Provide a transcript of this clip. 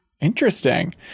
interesting